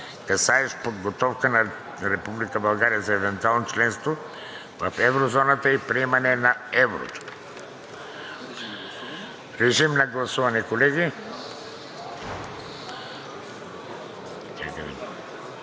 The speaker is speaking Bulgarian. касаещ подготовката на Република България за евентуално членство в еврозоната и приемане на еврото.“ Режим на гласуване, колеги.